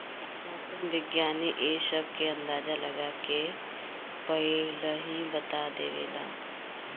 मौसम विज्ञानी इ सब के अंदाजा लगा के पहिलहिए बता देवेला